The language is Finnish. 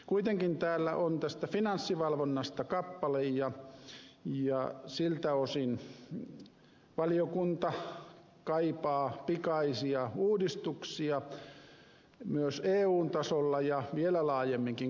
kuitenkin täällä on finanssivalvonnasta kappale ja siltä osin valiokunta kaipaa pikaisia uudistuksia myös eun tasolla ja vielä laajemminkin kansainvälisesti